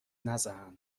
نزن